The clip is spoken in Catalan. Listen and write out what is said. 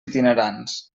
itinerants